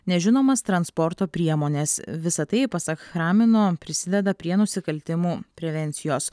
nežinomas transporto priemones visa tai pasak chramino prisideda prie nusikaltimų prevencijos